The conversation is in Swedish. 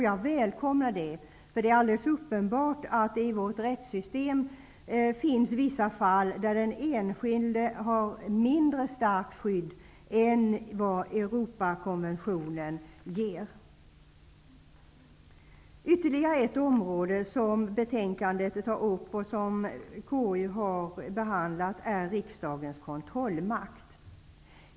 Jag välkomnar det eftersom det är alldeles uppenbart att det i vårt rättssystem finns vissa fall där den enskilde har mindre starkt skydd än vad Europakonventionen ger. Ett annat område som betänkandet tar upp och som KU har behandlat är riksdagens kontrollmakt.